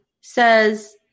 says